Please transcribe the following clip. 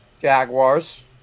Jaguars